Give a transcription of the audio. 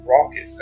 rocket